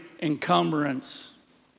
encumbrance